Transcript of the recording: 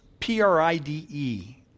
Pride